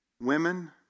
women